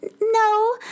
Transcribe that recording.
no